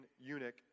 eunuch